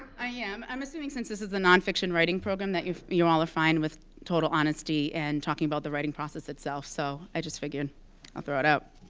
i am. i'm assuming since this is the nonfiction writing program, that you you all are fine with total honesty and talking about the writing process itself. so i just figured it out.